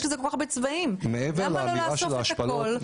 יש לזה כל כך הרבה צבעים למה לא לאסוף הכול ולהסדיר את זה?